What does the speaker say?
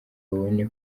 babone